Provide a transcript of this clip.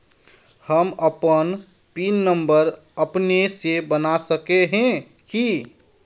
हम अपन pin number अपने से बना सके है की?